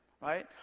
right